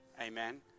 Amen